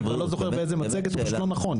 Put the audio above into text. אני כבר לא זוכר באיזו מצגת הוא פשוט לא נכון.